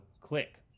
click